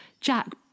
Jack